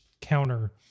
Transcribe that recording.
counter